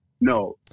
No